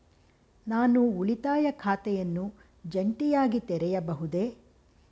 ನಾನು ಉಳಿತಾಯ ಖಾತೆಯನ್ನು ಜಂಟಿಯಾಗಿ ತೆರೆಯಬಹುದೇ?